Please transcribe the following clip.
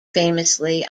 famously